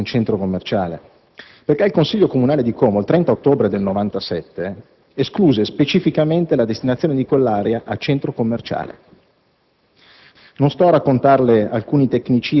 struttura non può esserci un centro commerciale perché il Consiglio comunale di Como, il 30 ottobre del 1997, escluse specificamente la destinazione di quell'area a centro commerciale.